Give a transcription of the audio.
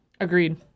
Agreed